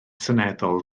seneddol